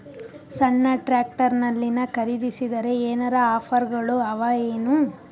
ಸಣ್ಣ ಟ್ರ್ಯಾಕ್ಟರ್ನಲ್ಲಿನ ಖರದಿಸಿದರ ಏನರ ಆಫರ್ ಗಳು ಅವಾಯೇನು?